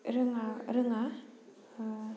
रोङा रोङा